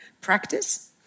practice